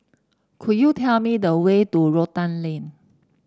could you tell me the way to Rotan Lane